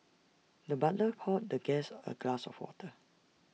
the butler poured the guest A glass of water